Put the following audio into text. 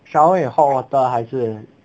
shower 有 hot water 还是